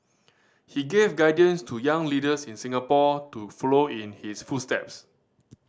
he gave guidance to young leaders in Singapore to follow in his footsteps